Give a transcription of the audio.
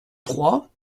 trois